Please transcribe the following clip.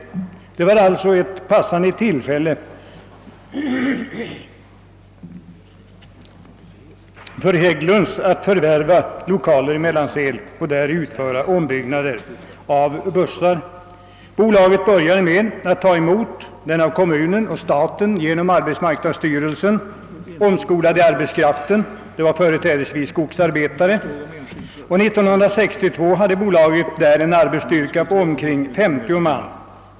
Det var alltså ett lämpligt tillfälle för Hägglund & Söner att förvärva lokaler i Mellansel för att där utföra ombyggnader av bussar. Bolaget började med att ta emot den av kommunen och staten genom arbetsmarknadsstyrelsen omskolade arbetskraften — det var företrädesvis skogsarbetare — och 1962 hade bolaget en arbetsstyrka på omkring 50 man.